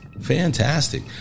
Fantastic